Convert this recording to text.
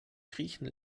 griechen